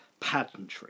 patentry